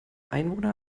einwohner